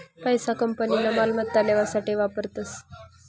पैसा कंपनीना मालमत्ता लेवासाठे वापरतस